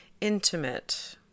intimate